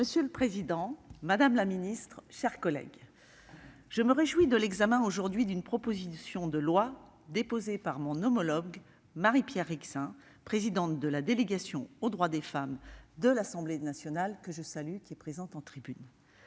Monsieur le président, madame la ministre, mes chers collègues, je me réjouis que notre assemblée examine aujourd'hui cette proposition de loi déposée par mon homologue, Mme Marie-Pierre Rixain, présidente de la délégation aux droits des femmes de l'Assemblée nationale, qui est présente dans nos tribunes